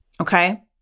okay